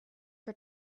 for